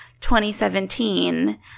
2017